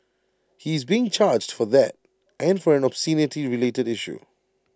he is being charged for that and for an obscenity related issue